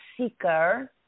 seeker